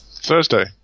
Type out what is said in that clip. Thursday